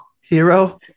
hero